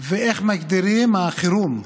ואיך מגדירים "חירום".